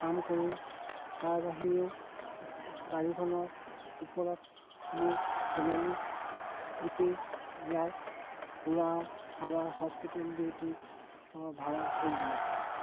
কাম কৰোঁ তাৰ বাহিৰেও গাড়ীখনৰ ওপৰত মোৰ ফেমিলি উঠি যায় ফুৰাওঁ কাৰোবাৰ হস্পিটেল ডিউটি কাৰোবাৰ ভাড়া সেইবিলাকেই